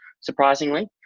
surprisingly